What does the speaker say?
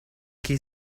chi